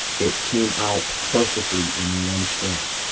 it came out perfectly in one strand, okay.